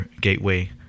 gateway